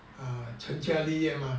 成家立业吗